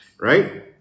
Right